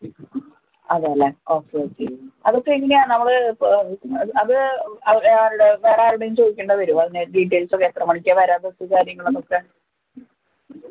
അതെ അല്ലെ okay okay അവർക്ക് എങ്ങനെയാണ് നമ്മൾ അത് വെറെ ആരോടെങ്കിലും ചോദിക്കേണ്ടി വരും അതിൻ്റെ ഡീറ്റെയിൽസ് ഒക്കെ എത്ര മണിക്കാണ് വരിക ബസ്സ് കാര്യങ്ങൾക്കൊക്കെ